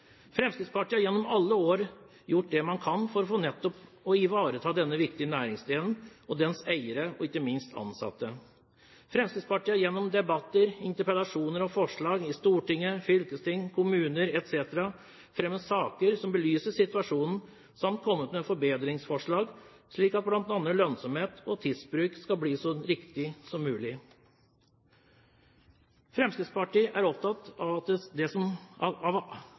Fremskrittspartiet har gjennom alle år gjort det de kan for nettopp å ivareta denne viktige næringsdelen og dens eiere og ikke minst ansatte. Fremskrittspartiet har gjennom debatter, interpellasjoner og forslag i Stortinget, i fylkesting, i kommuner etc. fremmet saker som belyser situasjonen, samt kommet med forbedringsforslag, slik at bl.a. lønnsomhet og tidsbruk skal bli så riktig som mulig. Fremskrittspartiet er opptatt av at de som